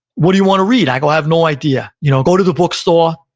what do you want to read? i go, i have no idea. you know go to the bookstore,